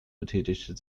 betätigte